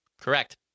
Correct